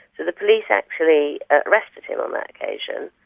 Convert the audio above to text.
the the police actually arrested him on that occasion.